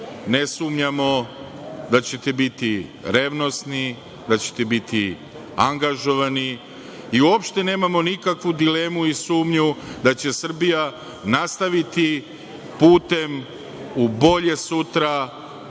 Ne sumnjamo da ćete biti revnosni, da ćete biti angažovani i uopšte nemamo nikakvu dilemu i sumnju da će Srbija nastaviti putem u bolje sutra,